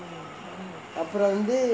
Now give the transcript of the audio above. அப்ரோ வந்து:apro vanthu